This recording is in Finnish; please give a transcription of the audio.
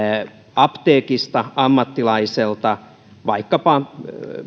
apteekista ammattilaiselta vaikkapa